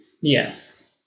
Yes